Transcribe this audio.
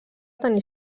tenir